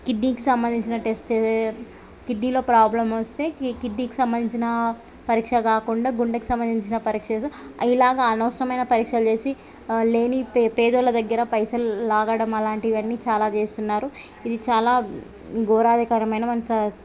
కిడ్నీకి సంబంధించిన టెస్ట్ కిడ్నీలో ప్రాబ్లం వస్తే కిడ్నీకి సంబంధించిన పరీక్ష కాకుండా గుండెకి సంబంధించిన పరీక్ష చేసి ఇలాగా అనవసరమైన పరీక్షలు చేసి లేని పేదోళ్ళ దగ్గర పైసలు లాగడం అలాంటివన్నీ చాలా చేస్తున్నారు ఇది చాలా ఘోరాధికరమైన మన చ